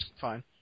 fine